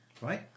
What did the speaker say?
Right